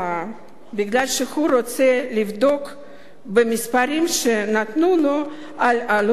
כי הוא רוצה לבדוק את המספרים שנתנו לו על עלות הצעת החוק,